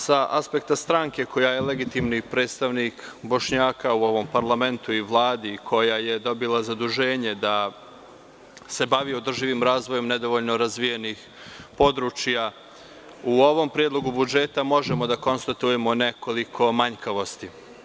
Sa aspekta stranke koja je legitimni predstavnik Bošnjaka u ovom parlamentu i Vladi koja je dobila zaduženje da se bavi održivim razvojem nedovoljno razvijenih područja, u ovom predlogu budžeta možemo da konstatujemo nekoliko manjkavosti.